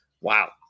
Wow